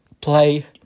play